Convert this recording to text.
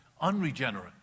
unregenerate